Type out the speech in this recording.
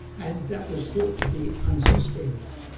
and that was thought to be unsustainable.